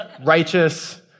righteous